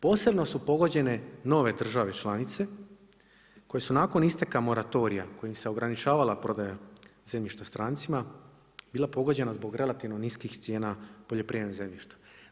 Posebno su pogođene nove države članice, koje su nakon isteka moratorija, kojim se ograničavala prodaja zemljišta strancima, bila pogođena zbog relativno niskih cijena poljoprivrednih zemljišta.